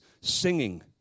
singing